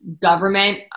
government